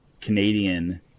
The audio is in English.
Canadian